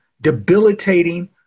debilitating